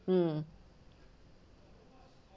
mm